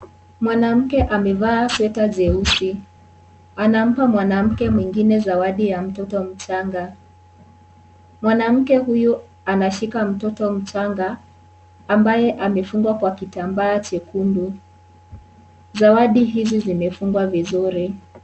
Mwanamke amevaa sweta jeusi, anampa mwanamke mwingine zawadi ya mtoto mchanga, mwanamke huyu anashika mtoto mchanga ambaye amefungwa kwa kitambaa chekundu, zawadi hizi zimefungwa vizuri.